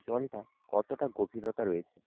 জলটা কতটা গভীরতা রয়েছে